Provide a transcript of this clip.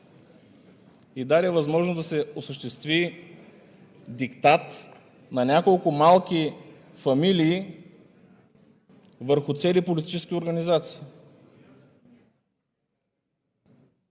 и даде възможност да се осъществи диктат на няколко малки фамилии върху цели политически организации.